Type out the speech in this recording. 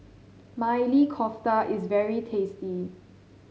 Maili Kofta is very tasty